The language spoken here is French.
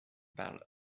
parlent